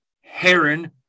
heron